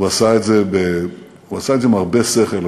הוא עשה את זה עם הרבה שכל,